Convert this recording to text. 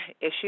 issue